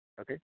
okay